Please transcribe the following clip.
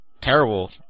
Terrible